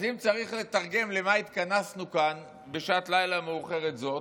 אז אם צריך לתרגם למה התכנסנו כאן בשעת לילה מאוחרת זאת,